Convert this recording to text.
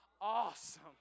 Awesome